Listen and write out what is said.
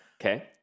Okay